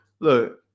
look